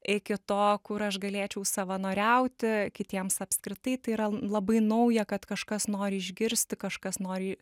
iki to kur aš galėčiau savanoriauti kitiems apskritai tai yra labai nauja kad kažkas nori išgirsti kažkas nori